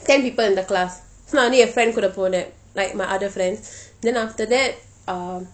ten people in the class so நானும் என்:naanum en friend கூட போனேன்:kooda ponen like my other friend then after that um